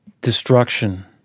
destruction